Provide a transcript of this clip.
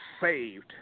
saved